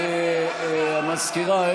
המזכירה,